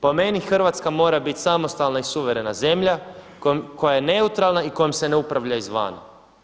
Po meni Hrvatska mora bit samostalna i suverena zemlja koja je neutralna i kojom se ne upravlja izvana.